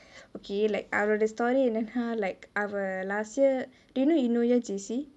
okay like அவலோடே:avalodae story என்னானா:ennanaa like our last year do you know eunoia J_C